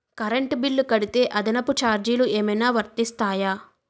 Current bill కడితే అదనపు ఛార్జీలు ఏమైనా వర్తిస్తాయా?